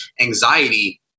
anxiety